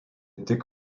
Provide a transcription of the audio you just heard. tik